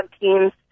teams